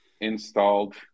Installed